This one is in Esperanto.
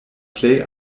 plej